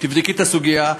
ותבדקי את הסוגיה,